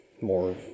more